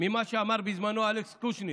שאמר בזמנו אלכס קושניר,